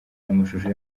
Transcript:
n’amashusho